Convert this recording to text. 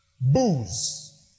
booze